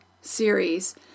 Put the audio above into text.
series